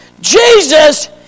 Jesus